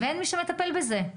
ואין מי שמטפל בזה.